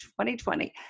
2020